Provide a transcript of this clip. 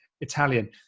Italian